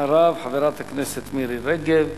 אחריו, חברת הכנסת מירי רגב.